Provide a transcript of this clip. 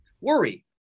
worry